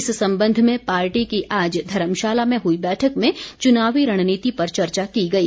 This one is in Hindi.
इस संबंध में पार्टी की आज धर्मशाला में हुई बैठक में चुनावी रणनीति पर चर्चा की गई